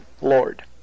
lord